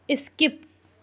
skip